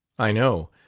i know.